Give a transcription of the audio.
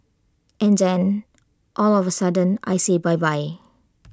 and then all of A sudden I say bye bye